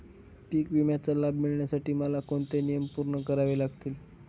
पीक विम्याचा लाभ मिळण्यासाठी मला कोणते नियम पूर्ण करावे लागतील?